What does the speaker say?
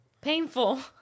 painful